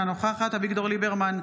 אינה נוכחת אביגדור ליברמן,